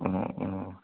अ अ